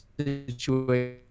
situation